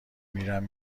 میرم